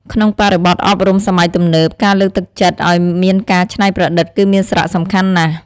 ក្នុងបរិបទអប់រំសម័យទំនើប ការលើកទឹកចិត្តឱ្យមានការច្នៃប្រឌិតគឺមានសារៈសំខាន់ណាស់។